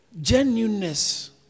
Genuineness